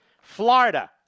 Florida